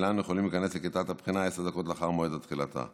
והם אינם יכולים להיכנס לכיתת הבחינה עשר דקות לאחר מועד תחילתה.